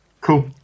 Cool